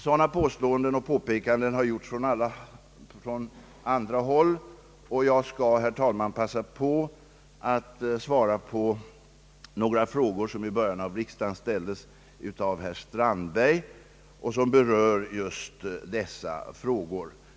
Sådana påståenden har gjorts också från andra håll, och jag skall, herr talman, passa på att svara på några frågor som i början av riksdagen ställdes av herr Strandberg och som berör just dessa problem.